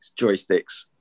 joysticks